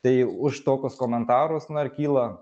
tai už tokius komentarus na ir kyla